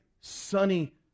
sunny